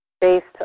based